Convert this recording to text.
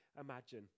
imagine